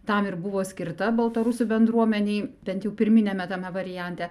tam ir buvo skirta baltarusių bendruomenei bent jau pirminiame tame variante